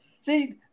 see